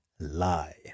lie